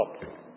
stop